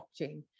blockchain